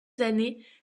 années